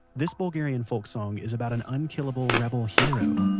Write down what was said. this bulgarian folk song is about an unkillable rebel hero